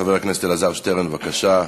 חבר הכנסת אלעזר שטרן, בבקשה.